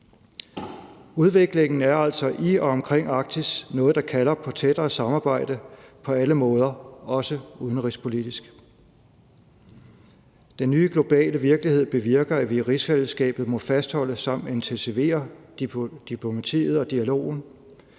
Udviklingen i og omkring Arktis er altså noget, der kalder på tættere samarbejde på alle måder, også udenrigspolitisk. Den nye globale virkelighed bevirker, at vi i rigsfællesskabet må fastholde samt intensivere diplomatiet og dialogen